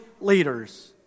leaders